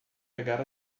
pegar